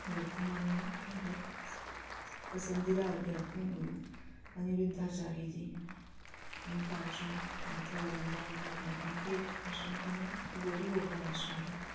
वर्तमान में मेरे पसंदीदा आध्यात्मिक गुरु अनिरुद्ध आचार्य जी हैं इनका आश्रम मथुरा वृंदावन में है इनके आश्रम का नाम गौरी गोपाल आश्रम है